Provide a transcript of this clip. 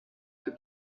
für